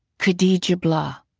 khadija gbla,